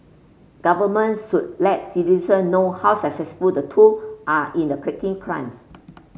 governments should let citizen know how successful the tool are in the cracking crimes